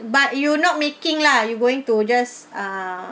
but you not making lah you going to just uh